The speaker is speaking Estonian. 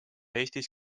eestis